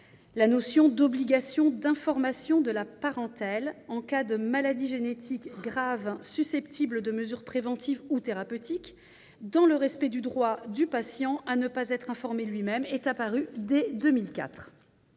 La notion d'obligation d'information de la parentèle en cas de maladie génétique grave susceptible de mesures préventives ou thérapeutiques, dans le respect du droit du patient à ne pas être informé lui-même, est apparue dès 2004.